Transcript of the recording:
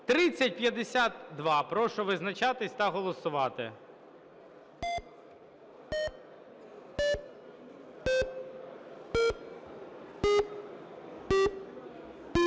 3052. Прошу визначатись та голосувати.